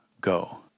go